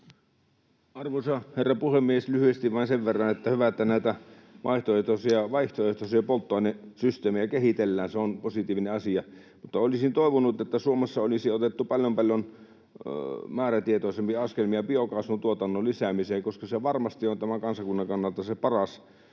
Arvoisa herra puhemies! Lyhyesti vain sen verran, että hyvä, että näitä vaihtoehtoisia polttoainesysteemejä kehitellään, se on positiivinen asia. Mutta olisin toivonut, että Suomessa olisi otettu paljon, paljon määrätietoisemmin askelmia biokaasun tuotannon lisäämiseen, koska se varmasti on tämän kansakunnan kannalta se paras.